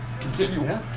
Continue